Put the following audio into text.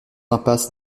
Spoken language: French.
impasse